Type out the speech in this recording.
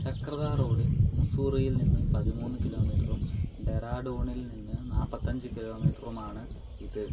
ചക്രാത റോഡിൽ മുസ്സൂറിയിൽ നിന്ന് പതിമൂന്ന് കിലോമീറ്ററും ഡെറാഡൂണിൽ നിന്ന് നാപ്പത്തഞ്ച് കിലോമീറ്ററുമാണ് ഇത്